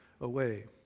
away